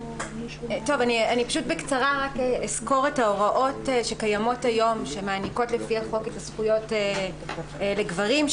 אסקור בקצרה את ההוראות שקיימות היום שמעניקות לפי החוק זכויות לגברים.